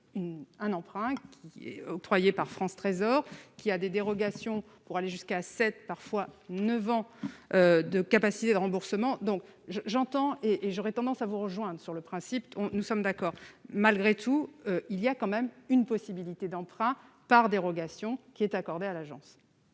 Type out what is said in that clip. un emprunt qui est octroyée par France trésor qui a des dérogations pour aller jusqu'à sept parfois 9 ans, de capacité de remboursement donc je j'entends et et j'aurais tendance à vous rejoindre sur le principe on nous sommes d'accord malgré tout il y a quand même une possibilité d'emprunt par dérogation qui est accordée à l'agence.